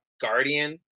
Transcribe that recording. guardian